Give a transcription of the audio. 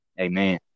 Amen